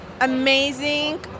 amazing